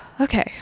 Okay